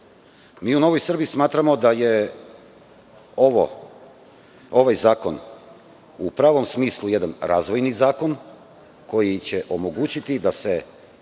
Mi u Novoj Srbiji smatramo da je ovaj zakon u pravom smislu jedan razvojni zakon koji će omogućiti da se